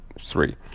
three